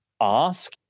ask